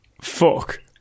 Fuck